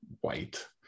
white